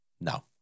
No